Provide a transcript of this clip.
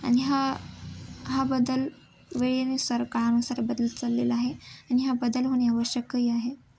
आणि हा हा बदल वेळेनुसार काळानुसार बदल चाललेला आहे आणि हा बदल होणे आवश्यकही आहे